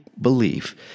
belief